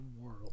world